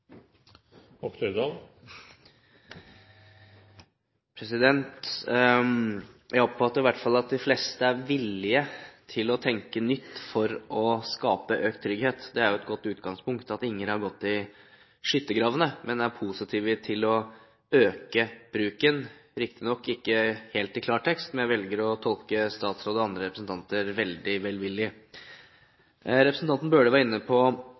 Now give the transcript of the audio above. villige til å tenke nytt for å skape økt trygghet. Det er et godt utgangspunkt at ingen har gått i skyttergravene, men er positive til å øke bruken – riktignok ikke helt i klartekst, men jeg velger å tolke statsråd og andre representanter veldig velvillig. Representanten Bøhler var inne på